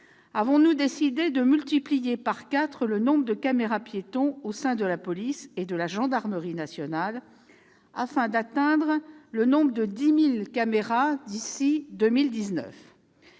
avons décidé de multiplier par quatre le nombre de caméras-piétons au sein de la police et de la gendarmerie nationale afin d'atteindre le nombre de 10 000 caméras d'ici à 2019.